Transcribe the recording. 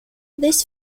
this